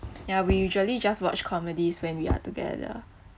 ya we usually just watch comedies when we are together